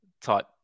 type